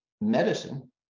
medicine